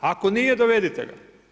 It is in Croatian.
Ako nije dovedite ga.